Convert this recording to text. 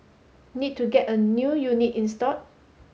need to get a new unit installed